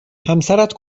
همسرت